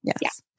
yes